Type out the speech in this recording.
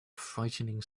frightening